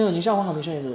是吗